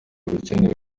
bikenewe